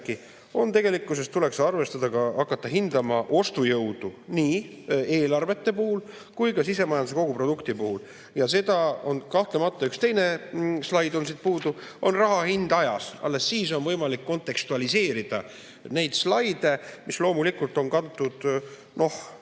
tegelikkuses arvestada ja hakata hindama ka ostujõudu, nii eelarvete puhul kui ka sisemajanduse kogutoodangu puhul. Ja kahtlemata ka üks teine slaid on veel siit puudu, see on raha hind ajas. Alles siis on võimalik kontekstualiseerida neid slaide, mis loomulikult on kantud